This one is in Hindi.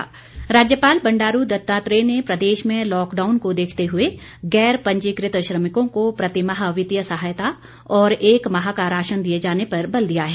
राज्यपाल राज्यपाल बंडारू दत्तात्रेय ने प्रदेश में लॉकडाउन को देखते हुए गैर पंजीकृत श्रमिकों को प्रतिमाह वित्तीय सहायता और एक माह का राशन दिए जाने पर बल दिया है